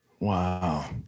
Wow